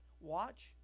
Watch